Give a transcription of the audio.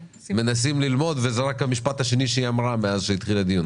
מנסים ללמוד וזה רק המשפט השני שהיא אמרה מאז שהתחיל הדיון,